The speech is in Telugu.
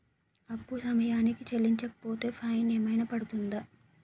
అప్పు సమయానికి చెల్లించకపోతే ఫైన్ ఏమైనా పడ్తుంద?